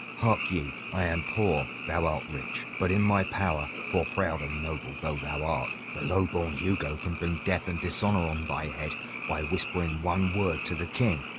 hark ye! i am poor thou art rich, but in my power, for proud and noble though thou art, the low-born hugo can bring death and dishonor on thy head by whispering one word to the king.